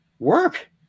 work